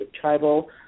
tribal